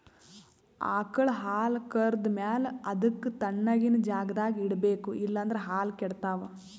ಆಕಳ್ ಹಾಲ್ ಕರ್ದ್ ಮ್ಯಾಲ ಅದಕ್ಕ್ ತಣ್ಣಗಿನ್ ಜಾಗ್ದಾಗ್ ಇಡ್ಬೇಕ್ ಇಲ್ಲಂದ್ರ ಹಾಲ್ ಕೆಡ್ತಾವ್